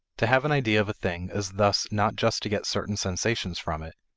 to have an idea of a thing is thus not just to get certain sensations from it.